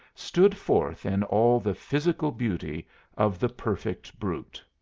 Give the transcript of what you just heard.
stood forth in all the physical beauty of the perfect brute.